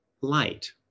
light